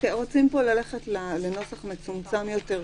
רוצים פה ללכת לנוסח מצומצם יותר,